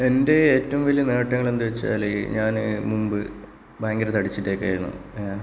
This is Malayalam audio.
എൻ്റെ ഏറ്റവും വലിയ നേട്ടങ്ങള് എന്താണെന്ന് വെച്ചാല് ഞാന് മുമ്പ് ഭയങ്കര തടിച്ചിട്ടൊക്കെ ആയിരുന്നു